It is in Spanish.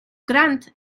grant